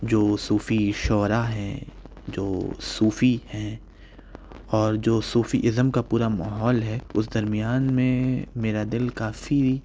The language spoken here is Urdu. جو صوفی شعراء ہیں جو صوفی ہیں اور جو صوفیزم کا پورا ماحول ہے اُس درمیان میں میرا دِل کافی